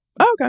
okay